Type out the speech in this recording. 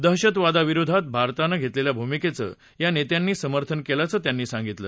दहशतवादाविरुद्धात भारतानं घेतलेल्या भूमिकेचं या नेत्यांनी समर्थन केल्याचं त्यांनी सांगितलं